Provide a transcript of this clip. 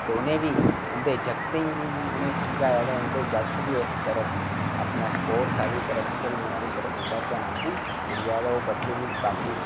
ते उनें बी अपने जागतें ई बी उनें समझाया ते जागत बी इस तरफ अपना स्पोट्रस आहली तरफ खेलने आह्ली तरफ उंदा ध्यान बी मुड़ी आया ते ओह् बच्चे बी बाकी